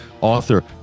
author